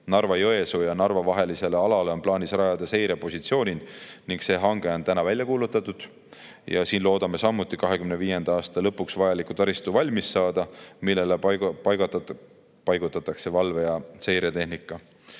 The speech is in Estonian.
Narva-Jõesuu ja Narva vahelisele alale on plaanis rajada seirepositsioonid. See hange on välja kuulutatud ja seal loodame samuti 2025. aasta lõpuks valmis saada vajaliku taristu, millele paigaldatakse valve- ja seiretehnika.